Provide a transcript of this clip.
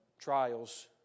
Trials